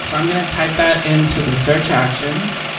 so i'm going to type that in to the search actions